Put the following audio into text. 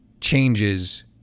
changes